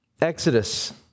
Exodus